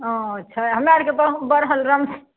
ओ अऽ छै हमरा आरके बहुत बढ़ल रम